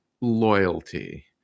loyalty